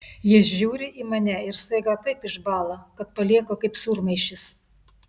jis žiūri į mane ir staiga taip išbąla kad palieka kaip sūrmaišis